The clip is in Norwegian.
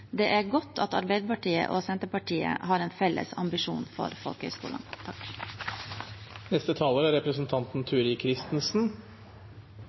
Det er godt at Arbeiderpartiet og Senterpartiet har en felles ambisjon for folkehøyskolene. Folkehøyskolene er en viktig del av det norske utdanningssystemet. Jeg kan berolige representanten